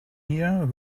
here